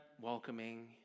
welcoming